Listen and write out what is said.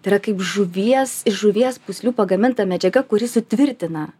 tai yra kaip žuvies iš žuvies pūslių pagaminta medžiaga kuri sutvirtina